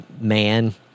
man